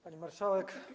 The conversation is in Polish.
Pani Marszałek!